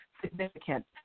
significant